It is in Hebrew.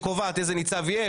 היא קובעת איזה ניצב יהיה,